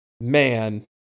man